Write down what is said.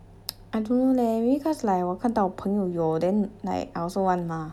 I don't know leh maybe cause like 我看到朋友有 then like I also want mah